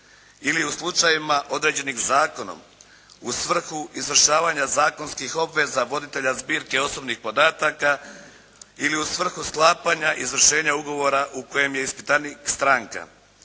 ili u slučajevima određenih zakonom u svrhu izvršavanja zakonskih obveza voditelja zbirke osobnih podataka ili u svrhu sklapanja izvršenja ugovora u kojem je ispitanik stranka,